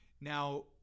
Now